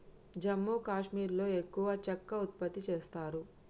జమ్మూ కాశ్మీర్లో ఎక్కువ చెక్క ఉత్పత్తి చేస్తారు